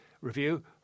Review